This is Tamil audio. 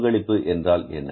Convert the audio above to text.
பங்களிப்பு என்றால் என்ன